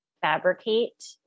fabricate